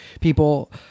people